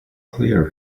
clear